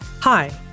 Hi